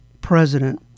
president